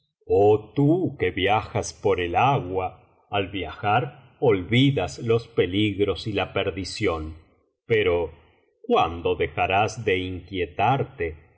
oh tú que viajas por el agua al viajar olvidas los peligros y la perdición pero cuándo dejarás de inquietarte